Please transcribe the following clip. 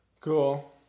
Cool